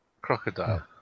Crocodile